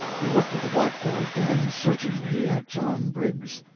he looked at the blackboard, then, searchingly, at john briggs.